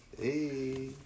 Hey